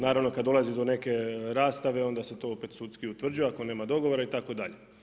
Naravno kad dolazi do neke rastave onda se to opet sudski utvrđuje ako nema dogovora itd.